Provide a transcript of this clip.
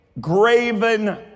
graven